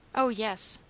oh yes!